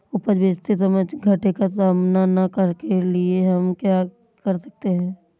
उपज बेचते समय घाटे का सामना न करने के लिए हम क्या कर सकते हैं?